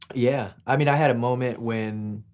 yeah, i mean i had a moment when,